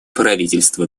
правительство